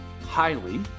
highly